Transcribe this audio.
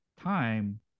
Time